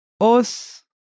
os